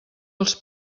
els